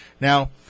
Now